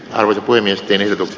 alkoi miesten irtosi